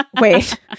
Wait